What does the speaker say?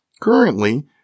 Currently